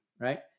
right